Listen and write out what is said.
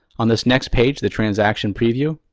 on this next page, the transaction preview,